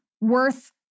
worth